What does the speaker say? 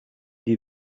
die